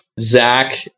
Zach